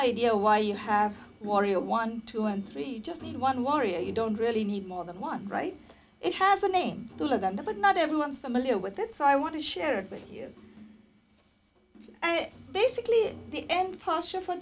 idea why you have warrior one two and three you just need one warrior you don't really need more than one right it has a name to live under but not everyone is familiar with it so i want to share it with you basically the end posture for